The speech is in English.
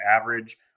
average